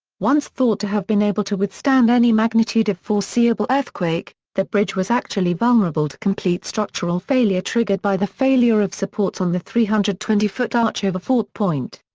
once thought to have been able to withstand any magnitude of foreseeable earthquake, the bridge was actually vulnerable to complete structural failure triggered by the failure of supports on the three hundred and twenty foot arch over fort point.